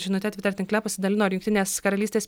žinute tviter tinkle pasidalino ir jungtinės karalystės